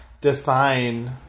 define